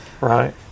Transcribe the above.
Right